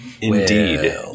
Indeed